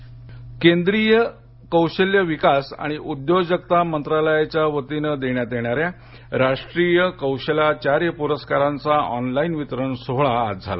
कौशालाचार्य केंद्रीय कौशल्य विकास आणि उद्योजकता मंत्रालयाच्या वतीनं देण्यात येणाऱ्या राष्ट्रीय कौशलाचार्य पुरस्कारांचा ऑनलाईन वितरण सोहळा आज झाला